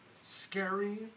scary